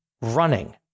running